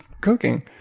cooking